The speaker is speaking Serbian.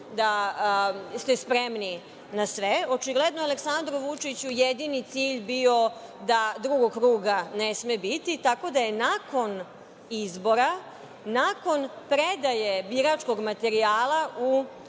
da ste spremni na sve. Očigledno je Aleksandru Vučiću jedini cilj bio da ne sme biti drugog kruga, tako da je nakon izbora, nakon predaje biračkog materijala u